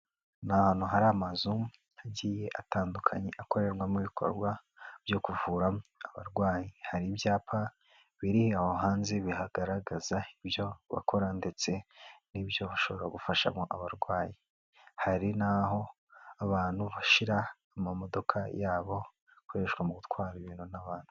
Ni ahantutu hari amazu yagiye atandukanye akorerwamo ibikorwa byo kuvura abarwayi, hari ibyapa biri aho hanze bihagaragaza ibyo bakora ndetse n'ibyo bashobora gufashamo abarwayi. Hari n'aho abantu bashyira amamodoka yabo akoreshwa mu gutwara ibintu n'abantu.